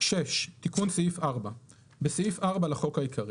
6 תיקון סעיף 4. תיקון סעיף 4 בסעיף 4 לחוק העיקרי